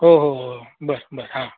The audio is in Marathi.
हो हो हो हो बर बर हां